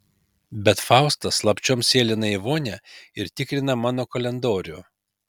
bet faustas slapčiom sėlina į vonią ir tikrina mano kalendorių